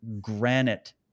granite